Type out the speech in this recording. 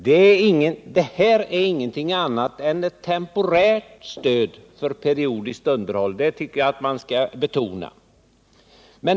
Det här är inget annat än ett temporärt stöd för periodiskt underhåll — det tycker jag att man skall betona.